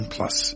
Plus